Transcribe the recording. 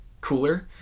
cooler